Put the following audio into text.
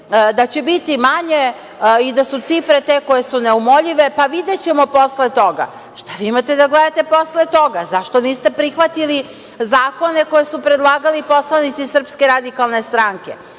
da će biti manje i da su cifre te koje su neumoljive, pa videćemo posle toga. Šta vi imate da gledate posle toga? Zašto niste prihvatili zakone koje su predlagali poslanici SNS? Valjda vam